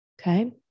Okay